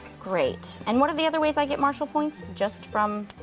great. and what are the other ways i get marshal points, just from?